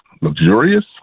luxurious